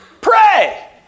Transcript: Pray